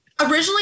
originally